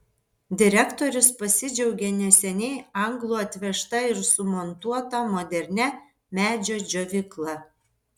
direktorius pasidžiaugė neseniai anglų atvežta ir sumontuota modernia medžio džiovykla